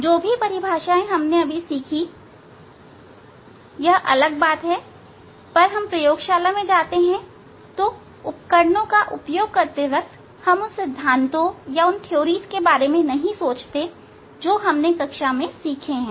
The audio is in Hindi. जो भी परिभाषाएं हमने सीखी हैं यह एक अलग बात है पर जब हम प्रयोगशाला में जाते हैं हम उपकरणों का उपयोग करते वक्त उन सभी सिद्धांतों के बारे में नहीं सोचते जो हमने कक्षा में सीखे हैं